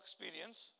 experience